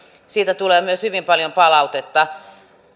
siitä tulee myös hyvin paljon palautetta